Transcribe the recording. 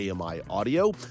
AMI-audio